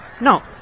No